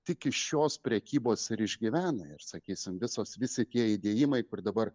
tik iš šios prekybos ir išgyvena ir sakysim visos visi tie įdėjimai kur dabar